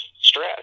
stress